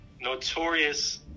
notorious